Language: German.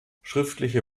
schriftliche